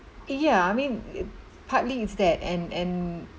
ya I mean it partly is that and and